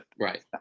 Right